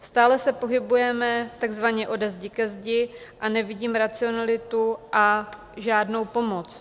Stále se pohybujeme takzvaně ode zdi ke zdi a nevidím racionalitu a žádnou pomoc.